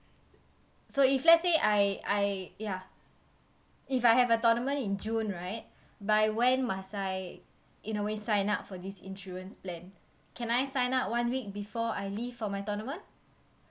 so if let's say I I ya if I have a tournament in june right by when must I in a way sign up for this insurance plan can I sign up one week before I leave for my tournament